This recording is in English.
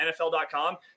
NFL.com